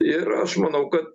ir aš manau kad